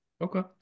okay